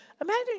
imagine